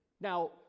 Now